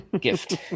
gift